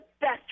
best